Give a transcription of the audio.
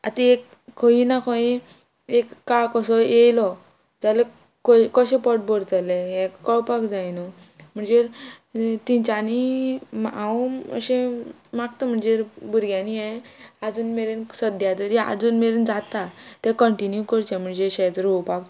आतां एक खंयी ना खंय एक काळ कसो येयलो जाल्यार कशें पोट भरतले हे कळपाक जाय न्हू म्हणजे तेंच्यांनी हांव अशें मागता म्हणजे भुरग्यांनी हे आजून मेरेन सद्या तरी आजून मेरेन जाता ते कंटिन्यू करचें म्हणजे शेत रोवपाक